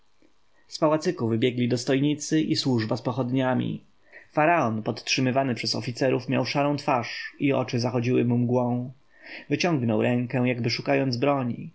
z pałacyku wybiegli dostojnicy i służba z pochodniami faraon podtrzymywany przez oficerów miał szarą twarz i oczy zachodziły mu mgłą wyciągnął rękę jakby szukając broni